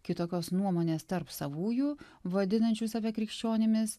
kitokios nuomonės tarp savųjų vadinančių save krikščionimis